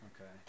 okay